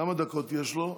כמה דקות יש לו?